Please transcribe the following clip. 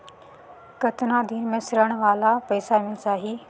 कतना दिन मे ऋण वाला पइसा मिल जाहि?